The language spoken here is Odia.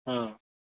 ହଁ